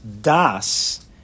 Das